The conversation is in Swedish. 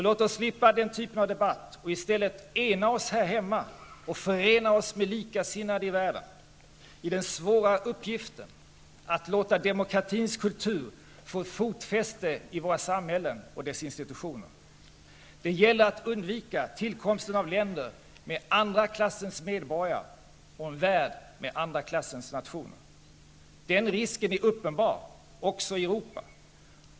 Låt oss slippa den typen av debatt och i stället ena oss här hemma och förena oss med likasinnade i världen i den svåra uppgiften att låta demokratins kultur få fotfäste i våra samhällen och dess institutioner. Det gäller att undvika tillkomsten av länder med andra klassens medborgare och en värld med andra klassens nationer. Den risken är uppenbar, också i Europa.